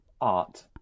art